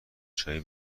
چایی